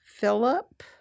Philip